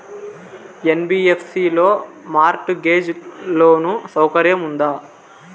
NBFC లో mortgage loan సౌకర్యం ఉందా?